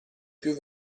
più